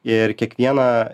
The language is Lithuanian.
ir kiekvieną